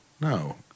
No